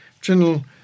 General